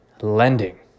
Lending